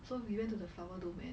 so we went to the flower dome and